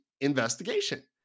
investigation